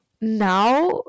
now